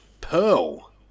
Pearl